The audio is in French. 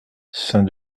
saint